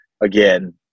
again